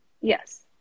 Yes